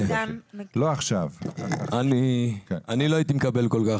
אני לא הייתי מקבל כל כך.